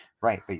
Right